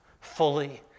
fully